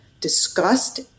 discussed